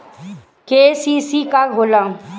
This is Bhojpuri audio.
के.सी.सी का होला?